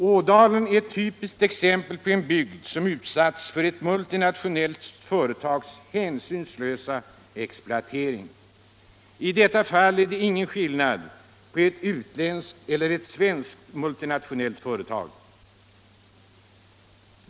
Ådalen är ett typiskt exempel på en bygd som utsatts för ett multinationellt företags hänsynslösa exploatering. I detta fall är det ingen skillnad på ett utländskt och ett svenskt multinationellt företag.